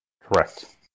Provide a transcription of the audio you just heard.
Correct